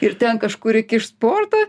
ir ten kažkur įkiš sportą